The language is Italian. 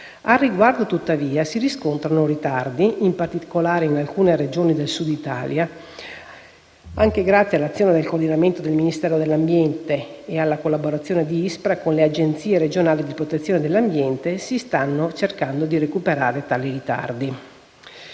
Al riguardo, tuttavia, si riscontrano ritardi, in particolare in alcune Regioni del Sud Italia. Anche grazie all'azione di coordinamento di Ministero dell'ambiente e alla collaborazione di ISPRA con le Agenzie regionali di protezione dell'ambiente, si sta cercando di recuperare tali ritardi.